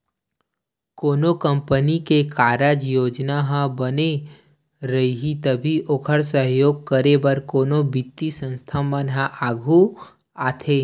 कोनो कंपनी के कारज योजना ह बने रइही तभी ओखर सहयोग करे बर कोनो बित्तीय संस्था मन ह आघू आथे